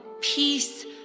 peace